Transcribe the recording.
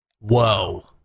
Whoa